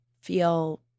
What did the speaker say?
feel